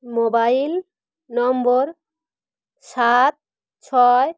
mobile number সাত ছয়